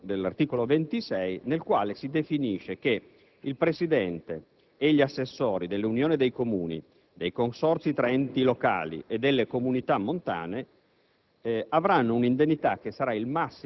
nel caso della disposizione in cui si definisce che il presidente e gli assessori delle unioni dei Comuni, dei consorzi tra enti locali e delle comunità montane,